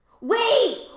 Wait